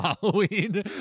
Halloween